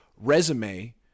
resume